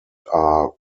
are